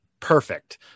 perfect